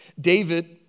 David